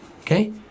Okay